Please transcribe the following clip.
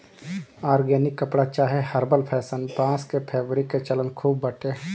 organic कपड़ा चाहे herbal fashion, बांस के फैब्रिक के चलन खूब बाटे